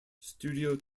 studio